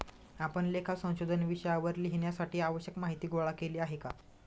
आपण लेखा संशोधन विषयावर लिहिण्यासाठी आवश्यक माहीती गोळा केली आहे का?